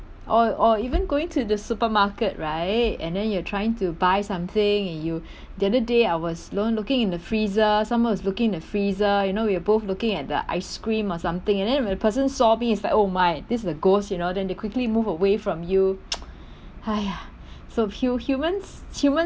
or or even going to the supermarket right and then you are trying to buy something and you the other day I was alone looking in the freezer someone was looking in the freezer you know we're both looking at the ice cream or something and then the person saw me he's like oh my this is a ghost you know then they quickly move away from you !haiya! so hu~ humans humans